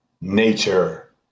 nature